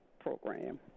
program